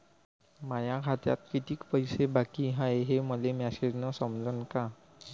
माया खात्यात कितीक पैसे बाकी हाय हे मले मॅसेजन समजनं का?